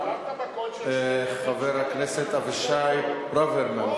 חבר הכנסת אבישי ברוורמן,